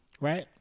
right